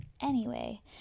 Anyway